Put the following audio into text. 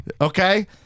okay